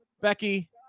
Becky